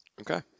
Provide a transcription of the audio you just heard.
Okay